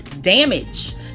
damage